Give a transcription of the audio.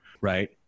Right